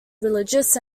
religious